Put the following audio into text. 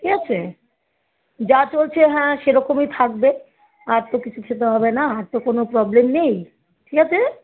ঠিক আছে যা চলছে হ্যাঁ সেরকমই থাকবে আর তো কিছু খেতে হবে না আর তো কোনো প্রবলেম নেই ঠিক আছে